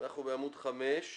אנחנו בעמוד 5,